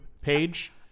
page